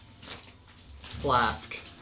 flask